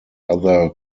other